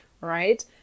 right